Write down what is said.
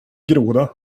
groda